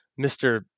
Mr